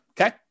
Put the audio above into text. Okay